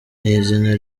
n’izina